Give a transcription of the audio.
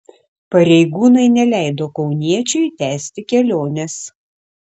pareigūnai neleido kauniečiui tęsti kelionės